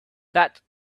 that